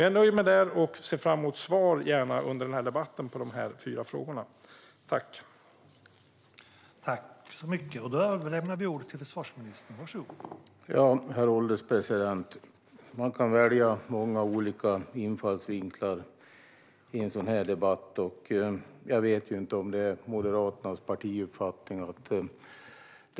Jag nöjer mig där och ser fram emot att få svar på dessa fyra frågor under debatten.